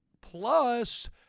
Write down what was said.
Plus